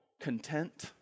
content